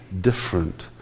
different